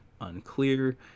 unclear